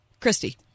Christy